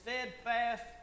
steadfast